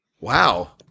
Wow